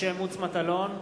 משה מטלון,